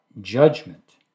judgment